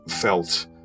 felt